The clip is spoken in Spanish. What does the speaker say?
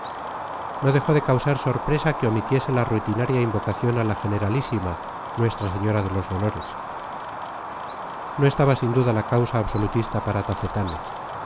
no dejó de causar sorpresa que omitiese la rutinaria invocación a la generalísima nuestra señora de los dolores no estaba sin duda la causa absolutista para tafetanes